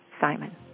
Simon